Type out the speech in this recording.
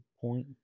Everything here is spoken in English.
point